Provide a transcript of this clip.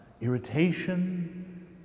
irritation